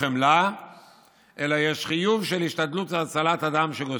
חמלה אלא יש חיוב של השתדלות להצלת אדם שגוסס.